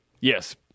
Yes